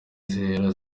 zihari